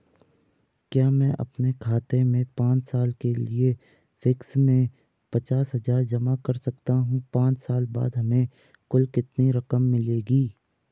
क्या मैं अपने खाते में पांच साल के लिए फिक्स में पचास हज़ार जमा कर सकता हूँ पांच साल बाद हमें कुल कितनी रकम मिलेगी?